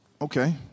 Okay